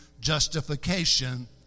justification